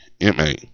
M-A